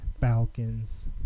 Falcons